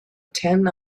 ten